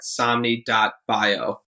somni.bio